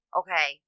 okay